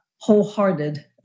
wholehearted